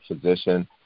physician